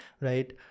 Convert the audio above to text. Right